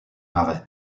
marais